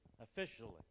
officially